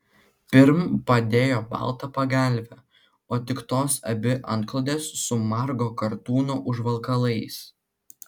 pirm padėjo baltą pagalvę o tik tos abi antklodes su margo kartūno užvalkalais